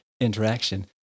interaction